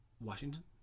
Washington